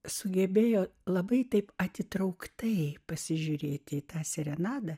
sugebėjo labai taip atitrauktai pasižiūrėti į tą serenadą